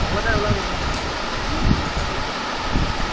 হ'ব দে ওলাবি মই ফোন কৰিম অঁ অঁ চবকে ফোন কৰি দিম